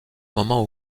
moment